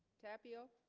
tapio